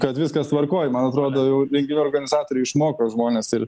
kad viskas tvarkoj man atrodo jau renginių organizatoriai išmoko žmones ir